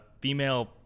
female